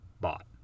bought